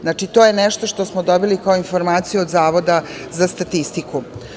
Znači, to je nešto što smo dobili kao informaciju od Zavoda za statistiku.